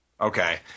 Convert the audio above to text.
Okay